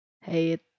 hate